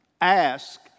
ask